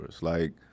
like-